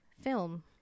film